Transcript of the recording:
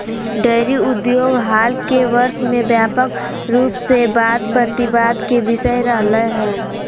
dairy उद्योग हाल के वर्ष में व्यापक रूप से वाद प्रतिवाद के विषय रहलय हें